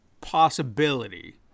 possibility